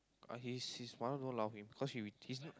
uh his his mother don't allow him cause he with he's